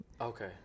Okay